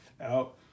out